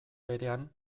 berean